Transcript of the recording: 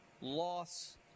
loss